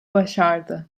başardı